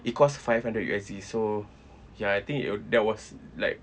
it costs five hundred U_S_D so ya I think it that was like